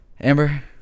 amber